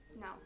No